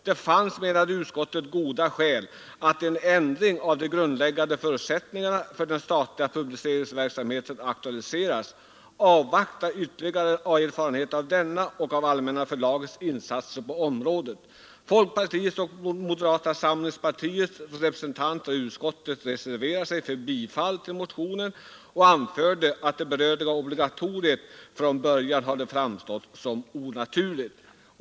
Det fanns, menade utskottet, goda skäl att, innan en ändring av de grundläggande förutsättningarna för den statliga publiceringsverksamheten aktualiserades, avvakta ytterligare erfarenheter av denna och av Allmänna förlagets insatser på området. Folkpartiets och moderata samlingspartiets representanter i utskottet reserverade sig för bifall till motionen och anförde att det berörda obligatoriet från början hade framstått som onaturligt.